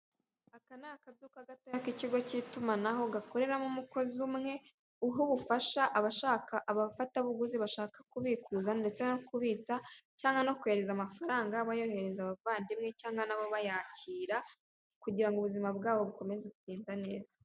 Aka ni akafuka gato k'ikigo k'itumanaho gukoreramo Umukozi umwe uha ubufasha abafatabuguzi bashaka kubikuza ndetse no kubitsa amafaranga cyangwa bayonerereza abavandimwe cyangwa nabo bayakira kugira ngo ubuzima babashe kugenda neza.